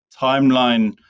timeline